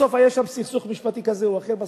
בסוף היה שם סכסוך משפטי כזה או אחר.